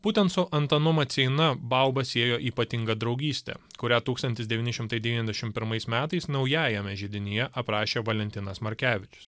būtent su antanu maceina baubą siejo ypatinga draugystė kurią tūkstantis devyni šimtai devyniasdešimt pirmais metais naujajame židinyje aprašė valentinas markevičius